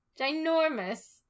ginormous